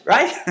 Right